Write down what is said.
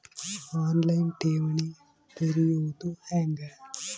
On line ಠೇವಣಿ ತೆರೆಯೋದು ಹೆಂಗ?